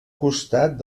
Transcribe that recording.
costat